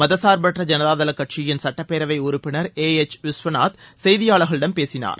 மதனர்பற்ற ஜனதா தள கட்சியின் சுட்டப்பேரவை உறுப்பினர் ஏ எச் விஸ்வநாத் செய்தியாளர்களிடம் பேசினார்